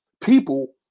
people